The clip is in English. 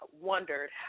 wondered